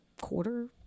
quarter